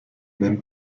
même